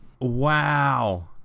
Wow